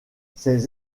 cette